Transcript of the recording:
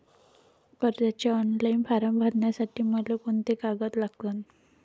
कर्जाचे online form भरासाठी मले कोंते कागद लागन?